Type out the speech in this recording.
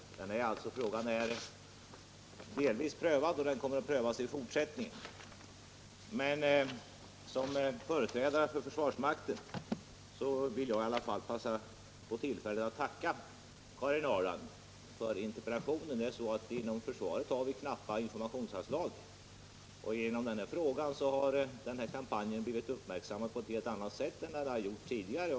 Frågan är alltså delvis prövad, och den kommer också att prövas i fortsättningen. Som företrädare för försvarsmakten vill jag passa på att tacka Karin Ahrland för interpellationen. Vi har knappa informationsanslag inom försvaret, och genom denna fråga har den aktuella kampanjen blivit uppmärksammad på ett helt annat sätt än tidigare.